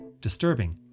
disturbing